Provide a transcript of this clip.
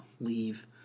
leave